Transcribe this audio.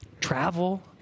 Travel